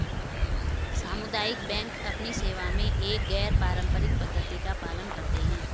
सामुदायिक बैंक अपनी सेवा में एक गैर पारंपरिक पद्धति का पालन करते हैं